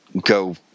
go